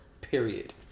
Period